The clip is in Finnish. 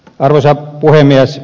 arvoisa puhemies